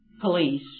police